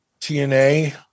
TNA